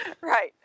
right